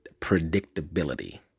predictability